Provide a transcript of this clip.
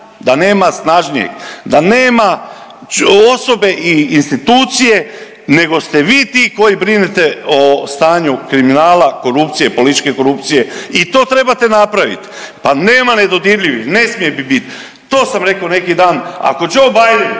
da nema snažnijeg, da nema osobe i institucije nego ste vi ti koji brinete o stanju kriminala, korupcije, političke korupcije i to trebate napravit. Pa nema nedodirljivih, ne smije ih bit. To sam rekao neki dan, ako Joe Biden,